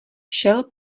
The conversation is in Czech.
šel